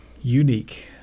unique